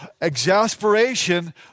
exasperation